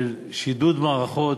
של שידוד מערכות,